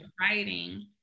writing